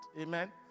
Amen